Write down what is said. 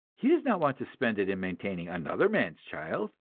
he does not want to spend it in maintaining another man's child.